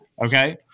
Okay